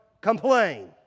complain